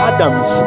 Adams